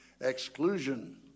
exclusion